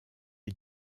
est